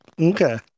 Okay